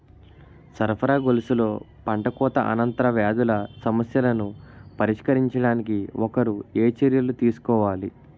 సరఫరా గొలుసులో పంటకోత అనంతర వ్యాధుల సమస్యలను పరిష్కరించడానికి ఒకరు ఏ చర్యలు తీసుకోవాలి?